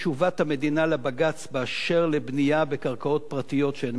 לבג"ץ באשר לבנייה בקרקעות פרטיות שאינן מוסדרות,